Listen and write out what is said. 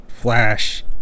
Flash